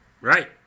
right